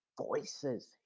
Voices